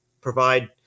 provide